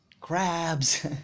crabs